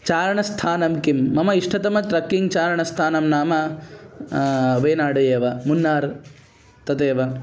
चारणस्थानं किं मम इष्टतमं ट्रक्किङ्ग् ॰ चारणस्थानं नाम वेनाडु एव मुन्नार् तदेव